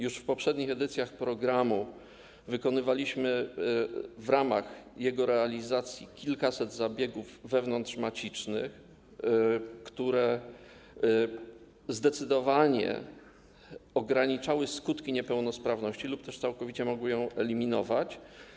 Już w poprzednich edycjach programu wykonywaliśmy w ramach jego realizacji kilkaset zabiegów wewnątrzmacicznych, które zdecydowanie ograniczyły skutki niepełnosprawności lub całkowicie niepełnosprawność eliminowały.